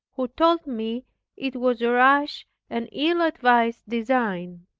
who told me it was a rash and ill-advised design.